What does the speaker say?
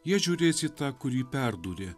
jie žiūrės į tą kurį perdūrė